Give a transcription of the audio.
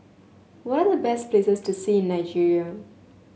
what are the best places to see in Nigeria